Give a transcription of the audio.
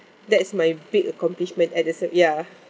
that's my big accomplishment at the sa~ ya